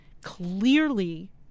clearly